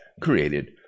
created